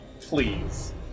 please